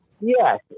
Yes